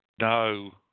No